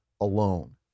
alone